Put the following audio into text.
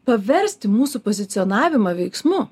paversti mūsų pozicionavimą veiksmu